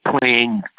playing